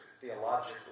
theologically